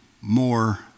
more